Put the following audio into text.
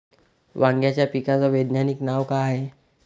वांग्याच्या पिकाचं वैज्ञानिक नाव का हाये?